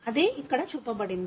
అదే ఇక్కడ చూపబడింది